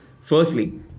Firstly